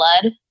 blood